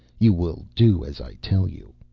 you will do as i tell you.